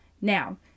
now